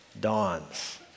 dawns